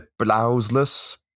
blouseless